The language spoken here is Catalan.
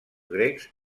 grecs